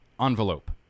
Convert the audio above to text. envelope